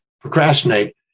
procrastinate